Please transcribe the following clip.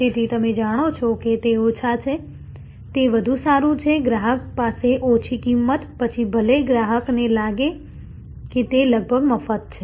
તેથી તમે જાણો છો કે તે ઓછા છે તે વધુ સારું છે ગ્રાહક પાસે ઓછી કિંમત પછી ભલે ગ્રાહક ને લાગે કે તે લગભગ મફત છે